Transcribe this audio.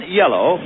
yellow